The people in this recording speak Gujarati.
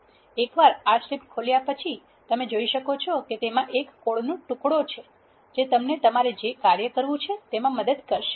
એકવાર R સ્ક્રિપ્ટ ખોલ્યા પછી તમે જોઇ શકો છો કે તેમાં એક કોડનો ટુકડો છે જે તમને તમારે જે કાર્ય કરવુ છે તેમાં મદદ કરશે